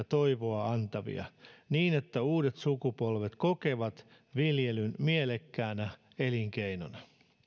toivoa antavia niin että uudet sukupolvet kokevat viljelyn mielekkäänä elinkeinona